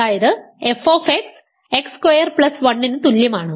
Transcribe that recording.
അതായത് f x square plus 1 ന് തുല്യമാണ്